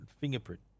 fingerprint